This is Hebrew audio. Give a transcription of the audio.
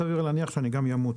סביר להניח שאני גם אמות,